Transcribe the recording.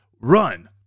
Run